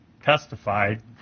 testified